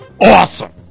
awesome